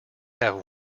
have